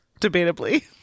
debatably